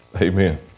Amen